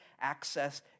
access